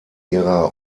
ihrer